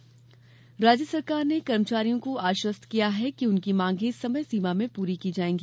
कर्मचारी आश्वासन राज्य सरकार ने कर्मचारियों को आश्वस्त किया है कि उनके मांगे समयसीमा में पूरी की जायेंगी